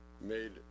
made